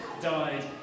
died